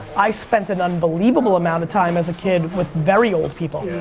i spent an unbelievable amount of time as a kid with very old people.